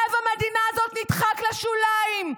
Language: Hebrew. לב המדינה הזאת נדחק לשוליים.